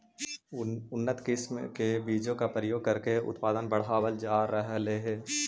उन्नत किस्म के बीजों का प्रयोग करके उत्पादन बढ़ावल जा रहलइ हे